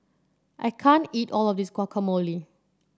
I can't eat all of this Guacamole